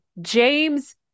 james